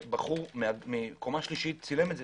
בחור מקומה שלישית צילם את זה.